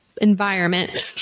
environment